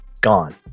gone